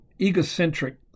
egocentric